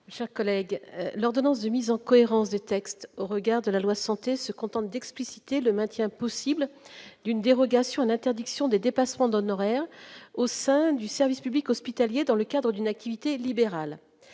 chers collègues, l'ordonnance de mise en cohérence des textes au regard de la loi santé se contente d'expliciter le maintien possible d'une dérogation à l'interdiction des dépassements d'honoraires au sein du service public hospitalier dans le cadre d'une activité libérale,